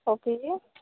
okay